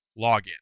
login